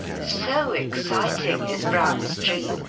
so exciting is brown's dream,